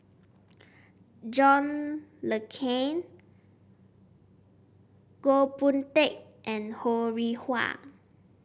John Le Cain Goh Boon Teck and Ho Rih Hwa